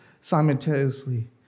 simultaneously